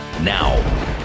now